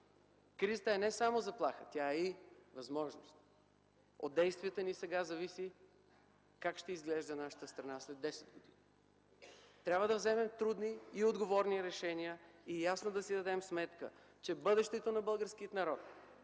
Кризата е не само заплаха, тя е и възможност. От действията ни сега зависи как ще изглежда нашата страна след десет години. Трябва да вземем трудни и отговорни решения и ясно да си дадем сметка, че бъдещето на българския народ